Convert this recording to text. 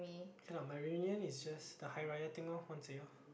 ya lah my reunion is just the Hari-Raya thing lor once a year